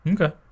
Okay